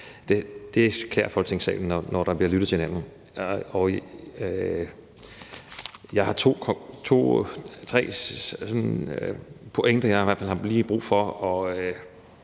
det klæder Folketingssalen, når der bliver lyttet til hinanden. Jeg har tre pointer, jeg lige har brug for